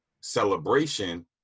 celebration